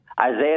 Isaiah